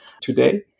today